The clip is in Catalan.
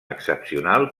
excepcional